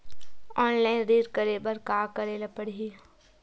Online ऋण करे बर का करे ल पड़हि?